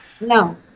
No